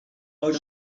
out